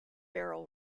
barrel